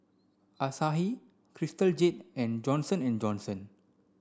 Asahi Crystal Jade and Johnson and Johnson